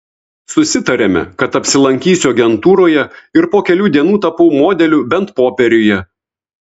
susitarėme kad apsilankysiu agentūroje ir po kelių dienų tapau modeliu bent popieriuje